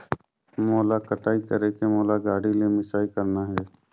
मोला कटाई करेके मोला गाड़ी ले मिसाई करना हे?